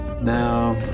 Now